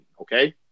okay